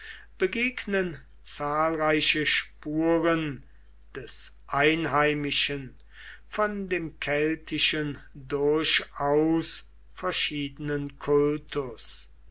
begegnen zahlreiche spuren des einheimischen von dem keltischen durchaus verschiedenen kultus